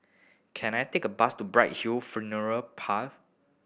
can I take a bus to Bright Hill Funeral Parlour